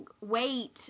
wait